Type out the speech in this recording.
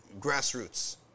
Grassroots